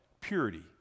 Purity